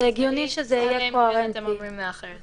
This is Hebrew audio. אלא אם כן אתם אומרים לי אחרת